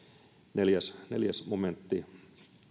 neljäs neljäs momentti